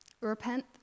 Repent